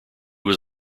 was